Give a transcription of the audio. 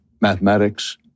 mathematics